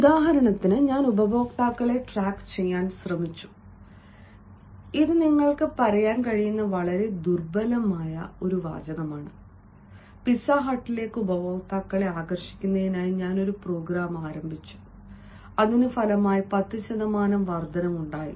ഉദാഹരണത്തിന് ഞാൻ ഉപഭോക്താക്കളെ ട്രാക്കുചെയ്യാൻ ശ്രമിച്ചു ഇത് നിങ്ങൾക്ക് പറയാൻ കഴിയുന്ന വളരെ ദുർബലമായ ഒന്നാണ് പിസ്സ ഹട്ടിലേക്കു ഉപഭോക്താക്കളെ ആകർഷിക്കുന്നതിനായി ഞാൻ ഒരു പ്രോഗ്രാം ആരംഭിച്ചു അതിന്റെ ഫലമായി 10 ശതമാനം വർദ്ധനവ് ഉണ്ടായി